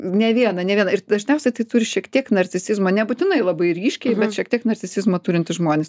ne vieną ne vieną ir dažniausiai tai turi šiek tiek narcisizmo nebūtinai labai ryškiai bet šiek tiek narcisizmo turintys žmonės